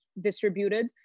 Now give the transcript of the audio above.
distributed